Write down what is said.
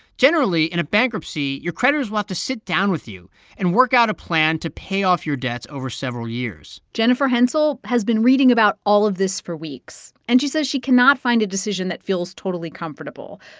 generally, in a bankruptcy, your creditors want to sit down with you and work out a plan to pay off your debts over several years jennifer hensell has been reading about all of this for weeks, and she says she cannot find a decision that feels totally comfortable.